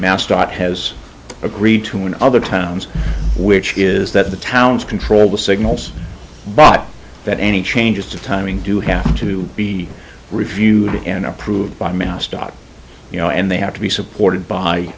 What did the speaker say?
mascot has agreed to in other towns which is that the towns control the signals but that any changes to timing do have to be reviewed and approved by mouse dot you know and they have to be supported by